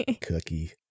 Cookie